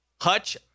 Hutch